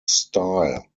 style